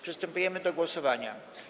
Przystępujemy do głosowania.